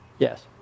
Yes